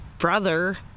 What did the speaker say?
brother